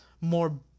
more